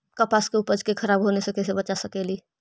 कपास के उपज के खराब होने से कैसे बचा सकेली?